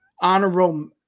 honorable